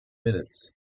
minutes